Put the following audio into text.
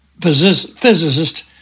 physicist